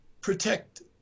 protect